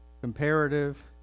comparative